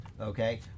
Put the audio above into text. okay